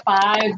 five